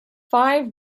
five